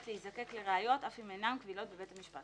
להיזקק לראיות אף אם אינן קבילות בבית המשפט.